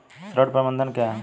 ऋण प्रबंधन क्या है?